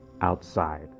outside